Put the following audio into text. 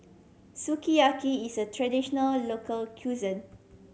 sukiyaki is a traditional local cuisine